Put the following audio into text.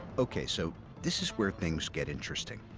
okay, so this is where things get interesting.